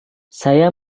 saya